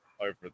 over